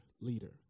leader